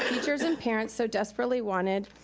teachers and parents so desperately wanted,